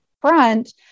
front